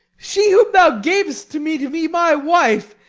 she whom thou gav'st to me to be my wife,